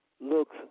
look